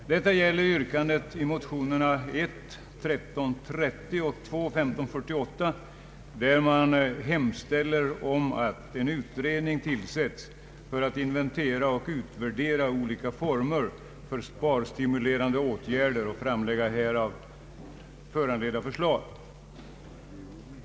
Detta gäller yrkandet i motionerna I: 1330 och II: 1548, i vilka hemställes om att en utredning tillsätts i syfte att inventera och utvärdera olika former av sparstimulerande åtgärder och framlägga härav föranledda förslag.